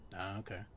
okay